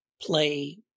play